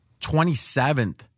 27th